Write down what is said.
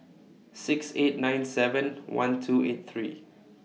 six eight nine seven one two eight three